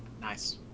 nice